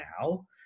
now